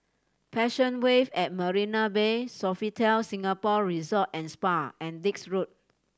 Passion Wave at Marina Bay Sofitel Singapore Resort and Spa and Dix Road